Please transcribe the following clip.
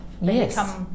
Yes